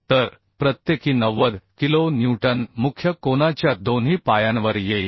तर प्रत्येकी 90 kilo newton मुख्य कोनाच्या दोन्ही पायांवर येईल